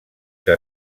que